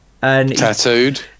Tattooed